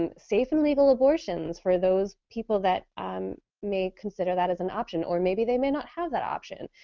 um safe and legal abortions for those people that um may consider that as an option or maybe they may not have that option.